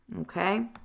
Okay